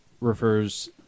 refers